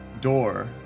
door